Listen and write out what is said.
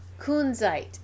Kunzite